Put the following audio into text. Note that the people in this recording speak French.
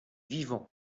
vivant